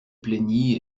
plaignit